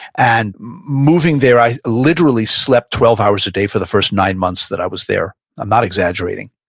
and moving there, i literally slept twelve hours a day for the first nine months that i was there, i'm not exaggerating,